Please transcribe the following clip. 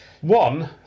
One